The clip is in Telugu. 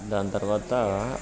దాని తరువాత